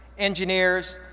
engineers,